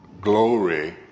glory